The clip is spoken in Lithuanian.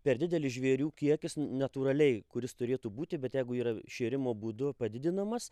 per didelis žvėrių kiekis natūraliai kuris turėtų būti bet jeigu yra šėrimo būdu padidinamas